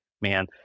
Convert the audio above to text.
man